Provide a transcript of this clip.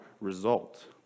result